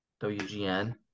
WGN